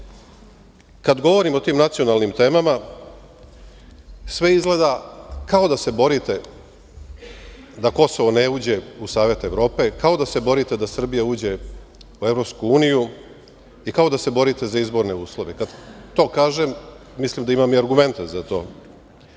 govorim o tim nacionalnim temama, sve izgleda kao da se borite da Kosovo ne uđe u Savet Evrope, kao da se borite da Srbija uđe u EU i kao da se borite za izborne uslove. Kad to kažem, mislim da imam i argumente za